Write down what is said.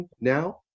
Now